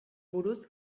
buruz